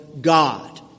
God